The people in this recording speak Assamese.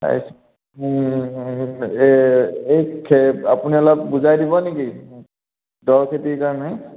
এই এই আপুনি অলপ বুজাই দিব নেকি দ খেতিৰ কাৰণে